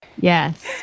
Yes